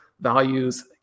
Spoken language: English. values